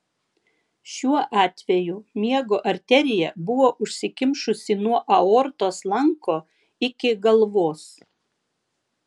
šiuo atveju miego arterija buvo užsikimšusi nuo aortos lanko iki galvos